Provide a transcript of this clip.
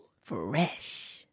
Fresh